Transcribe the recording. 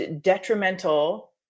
detrimental